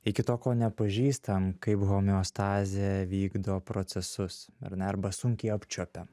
iki to ko nepažįstam kaip homeostazė vykdo procesus ar ne arba sunkiai apčiuopiam